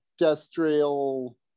industrial